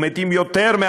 ומתים יותר,